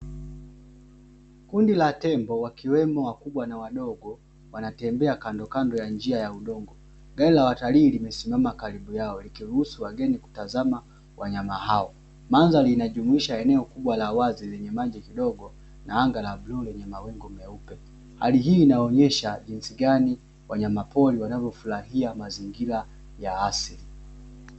Kundi la tembo wakiwemo wakubwa na wadogo ,wanatembea kando kando ya njia ya udongo, gari watalii limesimama karibu yao likiruhusu wageni kutazama wanyama hao, mandhari inajumuisha eneo kubwa la wazi lenye maji kidogo na anga la bluu lenye mawingu meupe, hali hii inaonyesha jinsi gani wanyamapori wanavyofurahia mazingira ya asili.